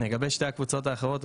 לגבי שתי הקבוצות האחרות,